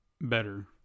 better